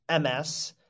MS